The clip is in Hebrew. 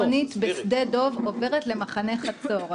הפעילות הביטחונית בשדה דב עוברת למחנה חצור.